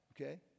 Okay